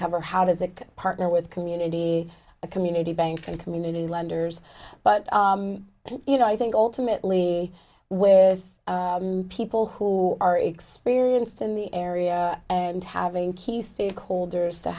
cover how does it partner with community a community banks and community lenders but you know i think ultimately with people who are experienced in the area and having key stakeholders to